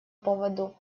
поводу